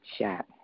shot